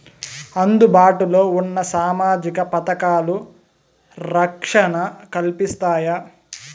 అందుబాటు లో ఉన్న సామాజిక పథకాలు, రక్షణ కల్పిస్తాయా?